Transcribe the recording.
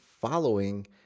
following